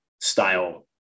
style